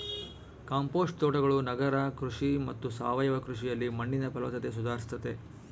compost ತೋಟಗಳು ನಗರ ಕೃಷಿ ಮತ್ತು ಸಾವಯವ ಕೃಷಿಯಲ್ಲಿ ಮಣ್ಣಿನ ಫಲವತ್ತತೆ ಸುಧಾರಿಸ್ತತೆ